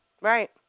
Right